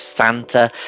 Santa